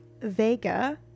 Vega